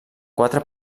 quatre